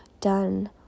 done